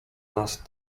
nas